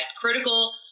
critical